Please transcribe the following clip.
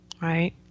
Right